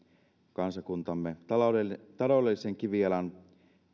kansakuntamme taloudellisen taloudellisen kivijalan